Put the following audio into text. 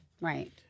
right